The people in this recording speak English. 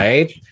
Right